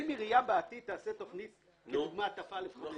אם עירייה בעתיד תעשה תכנית כדוגמת תא/5000,